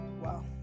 Wow